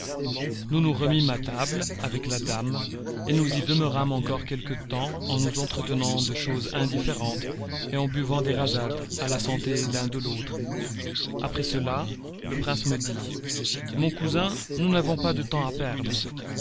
nous nous remîmes à table avec la dame et nous y demeurâmes encore quelque temps en nous entretenant de choses indifférentes et en buvant des rasades à la santé l'un de l'autre après cela le prince me dit mon cousin nous n'avons pas de temps à perdre